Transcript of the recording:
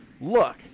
look